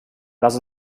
lass